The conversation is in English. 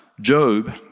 Job